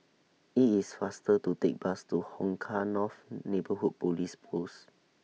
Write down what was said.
IT IS faster to Take Bus to Hong Kah North Neighbourhood Police Post